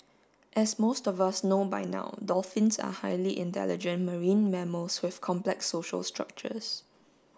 as most of us know by now dolphins are highly intelligent marine mammals with complex social structures